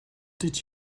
did